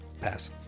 Pass